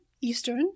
Eastern